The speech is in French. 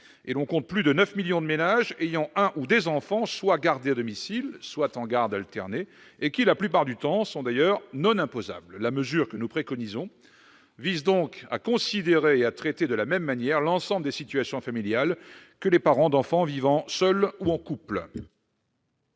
et l'on compte plus de 9 millions de ménages ayant un ou des enfants soit gardés à domicile, soit en garde alternée, des ménages qui, la plupart du temps, sont d'ailleurs non imposables. Nous proposons donc de considérer et de traiter de la même manière l'ensemble des situations familiales, que les parents vivent seuls ou en couple.